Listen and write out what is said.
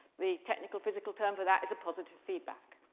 the technical physical term for that is a positive feedback.